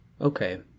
Okay